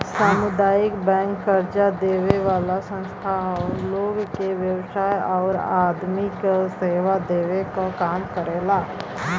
सामुदायिक बैंक कर्जा देवे वाला संस्था हौ लोग के व्यवसाय आउर आदमी के सेवा देवे क काम करेला